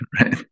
Right